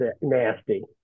nasty